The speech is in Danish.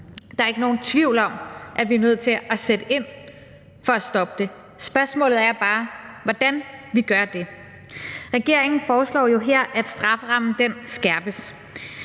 Der er ikke nogen tvivl om, at vi er nødt til at sætte ind for at stoppe det – spørgsmålet er bare, hvordan vi gør det. Regeringen foreslår jo her, at strafferammen skærpes,